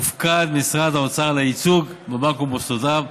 הופקד משרד האוצר על הייצוג בבנק ובמוסדותיו,